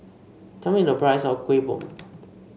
tell me the price of Kueh Bom